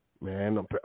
Man